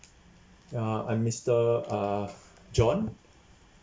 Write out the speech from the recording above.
ah I'm mister uh john